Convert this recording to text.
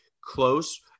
close